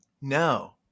No